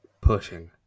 pushing